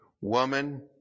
woman